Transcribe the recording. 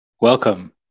Welcome